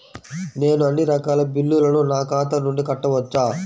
నేను అన్నీ రకాల బిల్లులను నా ఖాతా నుండి కట్టవచ్చా?